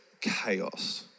chaos